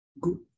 good